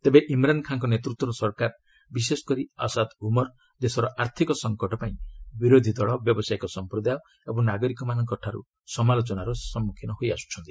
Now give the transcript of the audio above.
ତେବେ ଇମ୍ରାନ୍ ଖାନ୍ଙ୍କ ନେତୃତ୍ୱର ସରକାର ବିଶେଷ କରି ଆସାଦ ଉମର୍ ଦେଶର ଆର୍ଥିକ ସଂକଟ ପାଇଁ ବିରୋଧୀ ଦଳ ବ୍ୟବସାୟିକ ସମ୍ପ୍ରଦାୟ ଓ ନାଗରିକଙ୍କଠାରୁ ସମାଲୋଚନାର ସମ୍ମୁଖୀନ ହୋଇ ଆସୁଛନ୍ତି